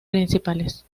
principales